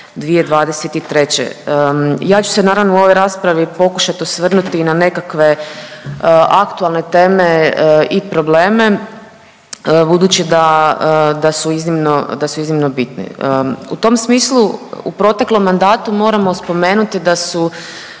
2023.. Ja ću se naravno u ovoj raspravi pokušat osvrnuti na nekakve aktualne teme i probleme budući da, da su iznimno, da su iznimno bitni. U tom smislu u proteklom mandatu moramo spomenuti da su